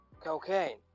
cocaine